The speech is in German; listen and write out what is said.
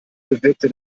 bewirkte